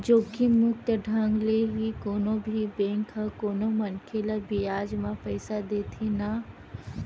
जोखिम मुक्त ढंग ले ही कोनो भी बेंक ह कोनो मनखे ल बियाज म पइसा देथे न